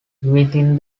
within